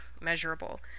measurable